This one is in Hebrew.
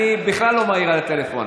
אני בכלל לא מעיר על טלפון,